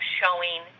showing